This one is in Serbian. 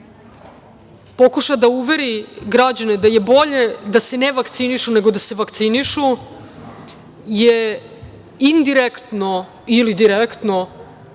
pokuša da uveri građane da je bolje da se ne vakcinišu nego da se vakcinišu je indirektno ili direktno